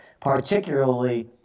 particularly